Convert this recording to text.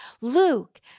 Luke